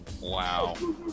Wow